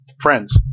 friends